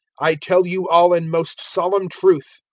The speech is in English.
i tell you all in most solemn truth,